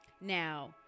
Now